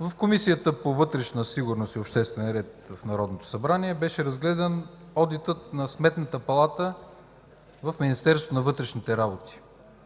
в Комисията по вътрешна сигурност и обществен ред на Народното събрание беше разгледан одитът на Сметната палата в Министерството на вътрешните работи